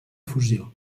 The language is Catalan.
fusió